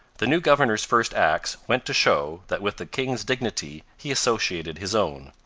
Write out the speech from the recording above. the new governor's first acts went to show that with the king's dignity he associated his own.